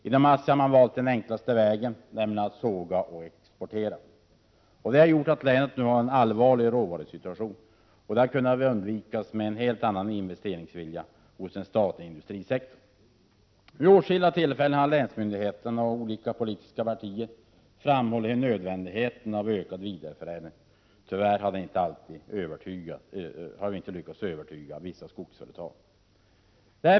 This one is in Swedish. Inom ASSI har man valt den enklaste vägen, nämligen att såga och exportera, vilket har gjort att länet nu har en allvarlig råvarusituation. Detta hade kunnat undvikas med en annan investeringsvilja hos den statliga industrisektorn. Vid åtskilliga tillfällen har länsmyndigheterna och olika politiska partier framhållit nödvändigheten av ökad vidareförädling. Tyvärr har vi inte lyckats övertyga vissa skogsföretag.